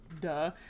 duh